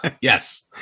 Yes